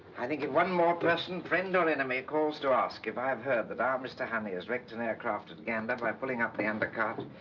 i think if one more person, friend or enemy, calls to ask if i've heard that our mr. honey has wrecked an aircraft at gander. by pulling up the undercart,